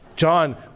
John